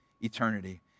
eternity